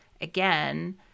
again